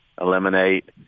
eliminate